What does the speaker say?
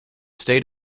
state